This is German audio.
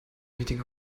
meeting